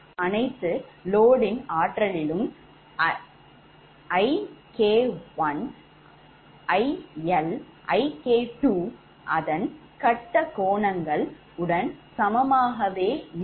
அனைத்து load மின் ஆற்றலும் 𝐼K1 𝐼L 𝐼K2 அதன் கட்ட கோணங்கள் உடன் சமமாகவே இருக்கும்